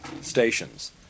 stations